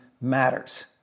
matters